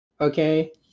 Okay